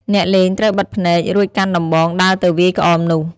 អ្នកលេងត្រូវបិទភ្នែក រួចកាន់ដំបងដើរទៅវាយក្អមនោះ។